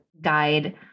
guide